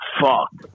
fuck